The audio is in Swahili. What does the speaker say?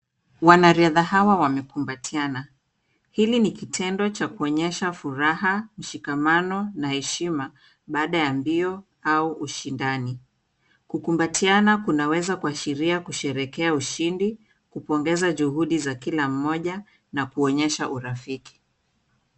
Wanariadha hawa wamekumbatiana. Hili ni kitendo cha kuonyesha furaha, ushikamano na heshima baada ya mbio au ushindani. Kukumbatiana kunaweza kuashiria kusherehekea ushindi, kupongeza juhudi za kila mmoja na kuonyesha urafiki.